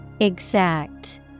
Exact